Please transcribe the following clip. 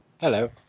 hello